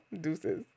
Deuces